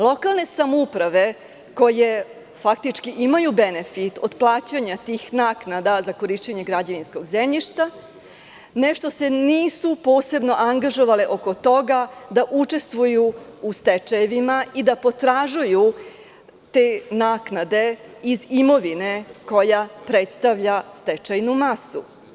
Lokalne samouprave koje faktički imaju benefit od plaćanja tih naknada za korišćenje građevinskog zemljišta nešto se nisu posebno angažovale oko toga da učestvuju u stečajevima i da potražuju te naknade iz imovine koja predstavlja stečajnu masu.